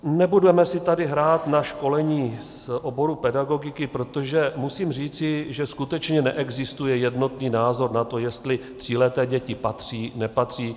Nebudeme si tady hrát na školení z oboru pedagogiky, protože musím říci, že skutečně neexistuje jednotný názor na to, jestli tříleté děti patří, nepatří.